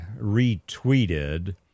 retweeted